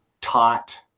taught